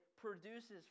produces